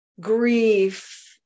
grief